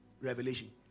revelation